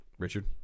Richard